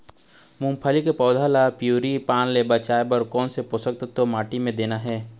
मुंगफली के पौधा ला पिवरी पान ले बचाए बर कोन से पोषक तत्व माटी म देना हे?